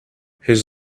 his